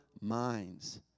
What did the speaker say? minds